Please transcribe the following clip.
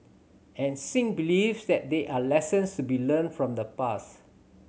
and Singh believes that there are lessons to be learnt from the past